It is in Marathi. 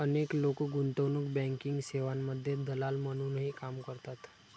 अनेक लोक गुंतवणूक बँकिंग सेवांमध्ये दलाल म्हणूनही काम करतात